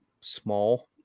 small